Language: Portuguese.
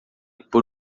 por